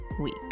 week